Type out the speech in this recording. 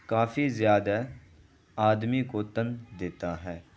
کافی زیادہ آدمی کو تن دیتا ہے